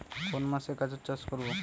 কোন মাসে গাজর চাষ করব?